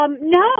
No